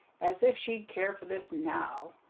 as if she'd care for this now!